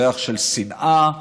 רוח של שנאה לזרים.